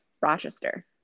Rochester